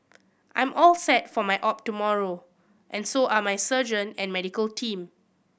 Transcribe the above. I'm all set for my op tomorrow and so are my surgeon and medical team